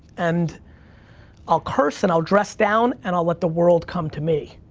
and i'll curse, and i'll dress down, and i'll let the world come to me,